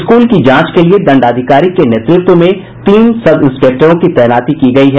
school की जांच के लिये दंडाधिकारी के नेतृत्व में तीन सब इंस्पेक्टरों की तैनाती की गयी है